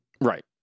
Right